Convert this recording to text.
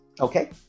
Okay